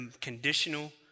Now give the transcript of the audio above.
conditional